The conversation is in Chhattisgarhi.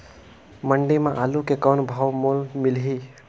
मंडी म आलू के कौन भाव मोल मिलही?